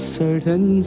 certain